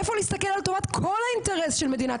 איפה ההסתכלות על האינטרס של כל מדינת